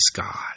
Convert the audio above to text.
God